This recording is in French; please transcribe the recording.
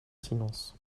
silence